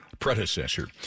predecessor